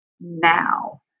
now